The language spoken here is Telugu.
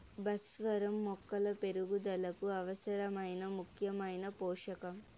భాస్వరం మొక్కల పెరుగుదలకు అవసరమైన ముఖ్యమైన పోషకం